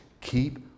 keep